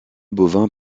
bovin